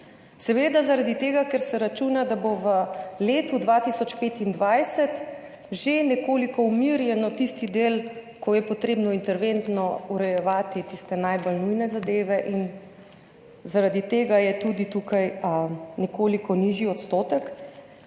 seveda zaradi tega, ker se računa, da bo v letu 2025 že nekoliko umirjen tisti del, kjer je treba interventno urejevati tiste najbolj nujne zadeve in zaradi tega je tudi tukaj nekoliko nižji odstotek.